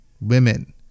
women